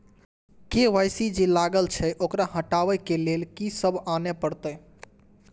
KYC जे लागल छै ओकरा हटाबै के लैल की सब आने परतै?